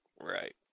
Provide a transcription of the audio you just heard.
right